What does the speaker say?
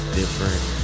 different